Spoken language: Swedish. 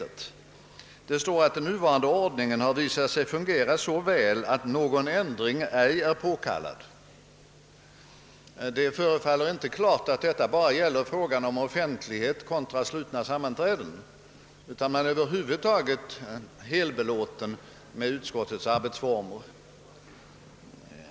Det står nämligen följande: »Den nuvarande ordningen har visat sig fungera så väl, att någon ändring ej är påkallad.» Det är inte klart att detta bara gäller frågan offentliga contra slutna sammanträden, utan man verkar över huvud taget helt belåten med utskottens arbetsformer.